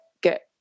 get